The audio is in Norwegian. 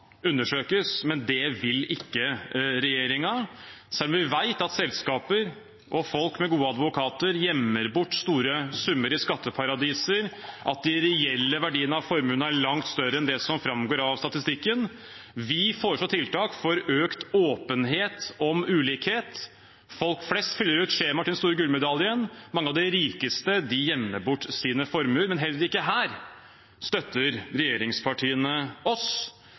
undersøkes. Det vil ikke regjeringen, selv om vi vet at selskaper og folk med gode advokater gjemmer bort store summer i skatteparadiser, og at de reelle verdiene av formuene er langt større enn det som framgår av statistikken. Vi foreslår tiltak for økt åpenhet om ulikhet. Folk flest fyller ut skjemaer til den store gullmedaljen, mens mange av de rikeste gjemmer bort sine formuer. Men heller ikke her støtter regjeringspartiene oss.